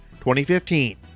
2015